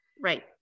Right